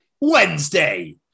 Wednesday